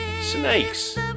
snakes